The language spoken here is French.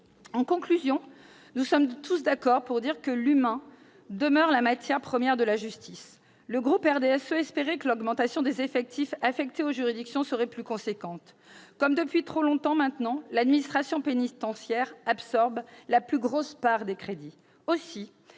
En conclusion, nous sommes tous d'accord pour affirmer que l'humain demeure la matière première de la justice. Le groupe du RDSE espérait que l'augmentation des effectifs affectés aux juridictions serait plus importante. Comme depuis trop longtemps maintenant, l'administration pénitentiaire absorbe la plus grosse part des crédits